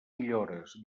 millores